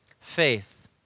faith